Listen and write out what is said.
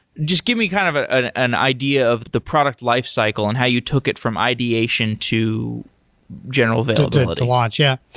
just give me kind of ah an an idea of the product lifecycle and how you took it from ideation to general availability. to launch, yeah.